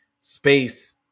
space